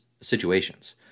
situations